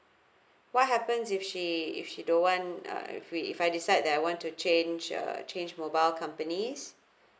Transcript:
what happens if she if she don't want uh if we if I decided that I want to change uh change mobile companies